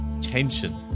tension